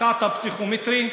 אחת, הפסיכומטרי,